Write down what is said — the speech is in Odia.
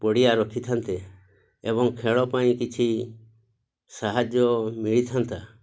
ପଡ଼ିଆ ରଖିଥାନ୍ତେ ଏବଂ ଖେଳ ପାଇଁ କିଛି ସାହାଯ୍ୟ ମିଳିଥାନ୍ତା